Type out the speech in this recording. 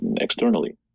externally